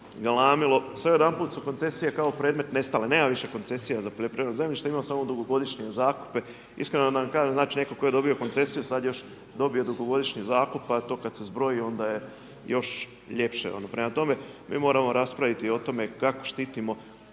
galamilo, sad odjedanput su koncesije kao predmet nestale, nema više koncesija za poljoprivredno zemljište ima samo dugogodišnje zakupe. Iskreno da vam kažem znači netko tko je dobio koncesiju sad još dobije dugogodišnji zakup pa to kad se zbroji onda je još ljepše. Prema tome, mi moramo raspraviti o tome kako štitimo